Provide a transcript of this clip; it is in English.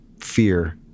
fear